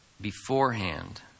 beforehand